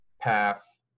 path